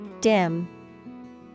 Dim